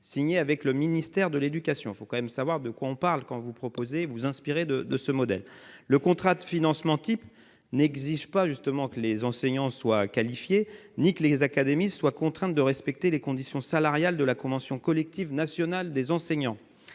signé avec le ministère de l'éducation. Il faut tout de même savoir de quoi on parle quand on propose de s'inspirer de ce modèle ! Le contrat de financement type n'exige pas que les enseignants soient qualifiés ni que les académies soient contraintes de respecter les conditions salariales de la convention collective nationale des enseignants.